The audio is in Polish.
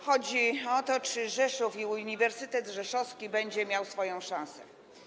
Chodzi o to, czy Rzeszów i Uniwersytet Rzeszowski będą miały swoją szansę.